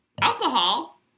Alcohol